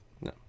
No